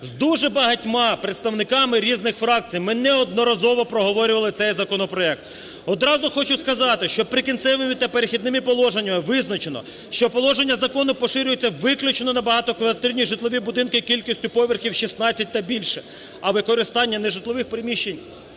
З дуже багатьма представниками різних фракцій ми неодноразово проговорювали цей законопроект . Одразу хочу сказати, що "Прикінцевими та Перехідними положеннями" визначено, що положення закону поширюються виключно на багатоквартирні житлові будинки кількістю поверхів 16 та більше, а використання нежитлових приміщень,